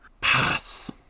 Pass